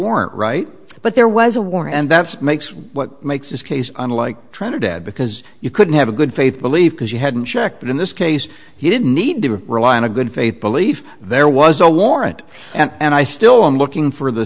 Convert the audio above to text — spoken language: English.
warrant right but there was a war and that's what makes what makes this case unlike trinidad because you couldn't have a good faith belief because you hadn't checked in this case he didn't need to rely on a good faith belief there was a warrant and i still am looking for the